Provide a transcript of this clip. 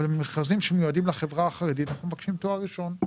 אבל במכרזים שמיועדים לחברה החרדית אנחנו מבקשים תואר ראשון.